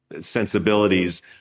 sensibilities